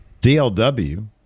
DLW